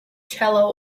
cello